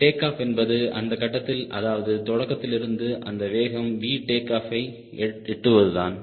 take off என்பது அந்தக் கட்டத்தில் அதாவது தொடக்கத்திலிருந்து அந்த வேகம் V டேக் ஆஃப் யை எட்டுவதுதான்